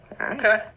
Okay